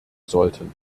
sollten